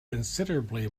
considerably